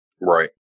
Right